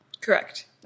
Correct